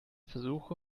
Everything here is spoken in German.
versuche